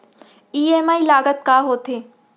EMI लागत का होथे?